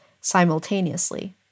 simultaneously